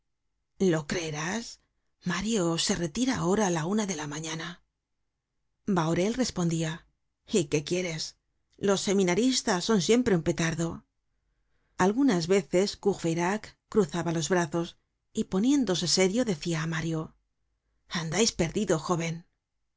lo creerás mario se retira ahora á la una de la mañana bahorel respondia y qué quieres los seminaristas son siempre un petardo algunas veces courfeyrac cruzaba los brazos y poniéndose serio decia á mario andais perdido jóven